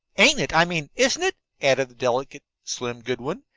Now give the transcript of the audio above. ain't it i mean isn't it? added the delicate slim goodwin,